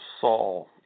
Saul